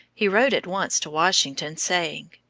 he wrote at once to washington saying,